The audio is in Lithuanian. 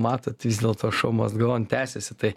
matot vis dėlto šou mast go on tęsiasi tai